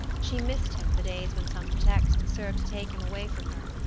she missed him the days when some pretext served to take him away from her,